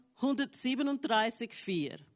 137,4